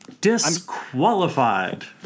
disqualified